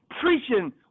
Preaching